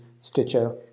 Stitcher